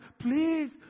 Please